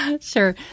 Sure